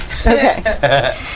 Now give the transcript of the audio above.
Okay